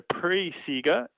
pre-SEGA